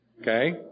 okay